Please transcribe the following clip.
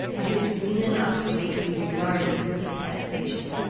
i had seen enough to make me regard it with detestation.